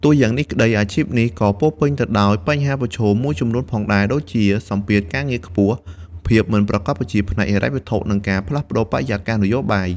ទោះយ៉ាងនេះក្ដី អាជីពនេះក៏ពោរពេញទៅដោយ បញ្ហាប្រឈម មួយចំនួនផងដែរ ដូចជាសម្ពាធការងារខ្ពស់ ភាពមិនប្រាកដប្រជាផ្នែកហិរញ្ញវត្ថុ និងការផ្លាស់ប្តូរបរិយាកាសនយោបាយ។